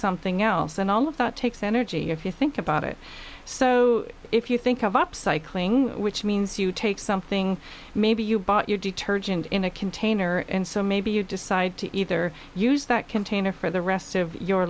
something else and all of that takes energy if you think about it so if you think of up cycling which means you take something maybe you bought your detergent in a container and so maybe you decide to either use that container for the rest of your